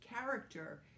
character